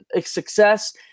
success